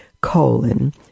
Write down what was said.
colon